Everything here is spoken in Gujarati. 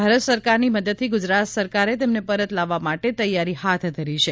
ભારત સરકારની મદદથી ગુજરાત સરકારે તેમને પરત લાવવા માટે તૈયારી હાથ ધરી છે